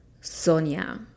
Sonia